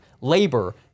labor